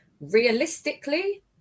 realistically